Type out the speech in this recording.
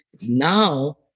now